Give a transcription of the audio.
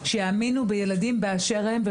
שיאמינו בילדים באשר הם,